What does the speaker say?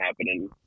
happening